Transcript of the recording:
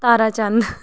Tara Chand